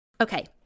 Okay